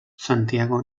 santiago